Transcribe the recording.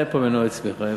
מנועי צמיחה.